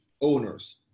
owners